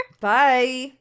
Bye